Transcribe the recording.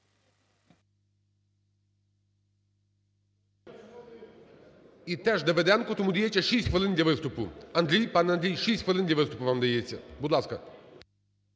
Дякую.